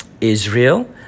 Israel